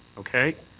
okay.